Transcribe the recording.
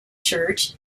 church